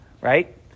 right